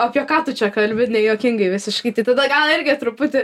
apie ką tu čia kalbi nejuokingai visiškai tai tada gal irgi truputį